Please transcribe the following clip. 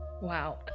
Wow